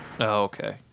Okay